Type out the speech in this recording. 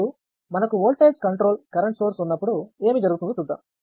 ఇప్పుడు మనకు voltage control current source ఉన్నప్పుడు ఏమి జరుగుతుందో చూద్దాం